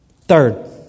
Third